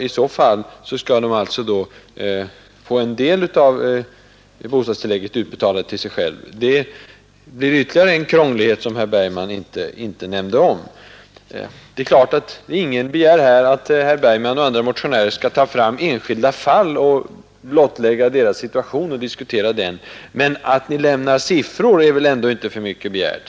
I så fall skall familjen få en del av bostadstillägget utbetalad till sig själv och en del till hyresvärden, enligt herr Bergmans förslag. Det blir ytterligare en krånglighet, som herr Bergman inte nämnde. Självfallet begär ingen att herr Bergman och andra motionärer skall ta fram enskilda fall och blottlägga deras situation, men att siffror skall lämnas är väl inte för mycket begärt.